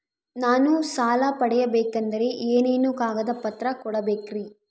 ನಾನು ಸಾಲ ಪಡಕೋಬೇಕಂದರೆ ಏನೇನು ಕಾಗದ ಪತ್ರ ಕೋಡಬೇಕ್ರಿ?